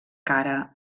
cara